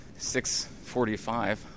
6.45